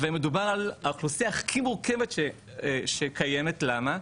ומדובר על האוכלוסייה הכי מורכבת שקיימת, למה?